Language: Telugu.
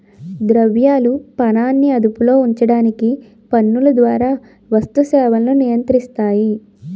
ద్రవ్యాలు పనాన్ని అదుపులో ఉంచడానికి పన్నుల ద్వారా వస్తు సేవలను నియంత్రిస్తాయి